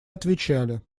отвечали